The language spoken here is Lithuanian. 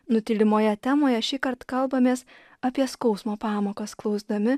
nutylimoje temoje šįkart kalbamės apie skausmo pamokas klausdami